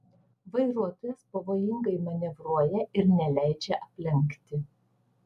vairuotojas pavojingai manevruoja ir neleidžia aplenkti